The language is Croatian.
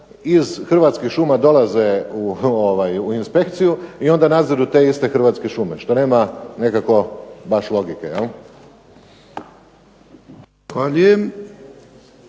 iz Hrvatskih šuma dolaze u inspekciju i onda nadziru te iste Hrvatske šume što nema nekako baš logike.